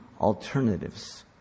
alternatives